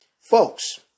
folks